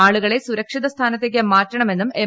ആളുകളെ സുരക്ഷിത സ്ഥാനത്തേക്ക് മാറ്റണമെന്നും എം